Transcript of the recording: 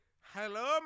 Hello